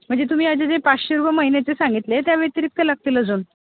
म्हणजे तुम्ही आज जे पाचशे रुपये महिन्याचे सांगितले त्या व्यतिरिक्त लागतील अजून